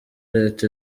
leta